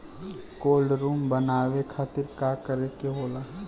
Cold room बनावे खातिर का करे के होला?